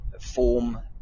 form